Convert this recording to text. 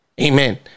Amen